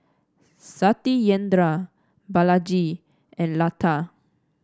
Satyendra Balaji and Lata